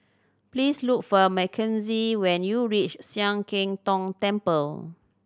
please look for Mackenzie when you reach Sian Keng Tong Temple